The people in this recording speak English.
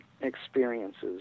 experiences